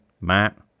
Matt